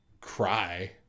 cry